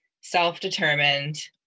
self-determined